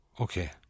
Okay